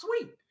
Sweet